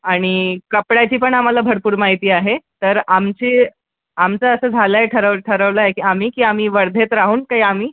आणि कपड्याची पण आम्हाला भरपूर माहिती आहे तर आमची आमचं असं झालं आहे ठरव ठरवलं आहे की आम्ही की आम्ही वर्धेत राहून काही आम्ही